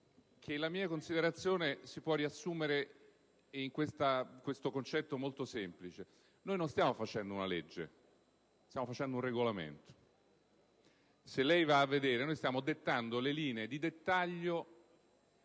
la mia considerazione si può riassumere in un concetto molto semplice. Noi non stiamo facendo una legge: stiamo facendo un regolamento. Se lei va a vedere, noi stiamo dettando le linee di dettaglio